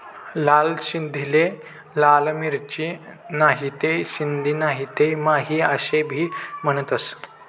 लाल सिंधीले लाल मिरची, नहीते सिंधी नहीते माही आशे भी म्हनतंस